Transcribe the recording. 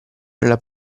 nella